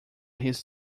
his